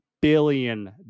billion